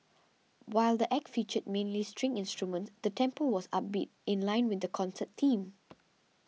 while the Act featured mainly string instruments the tempo was upbeat in line with the concert theme